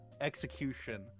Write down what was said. execution